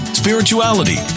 spirituality